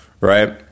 right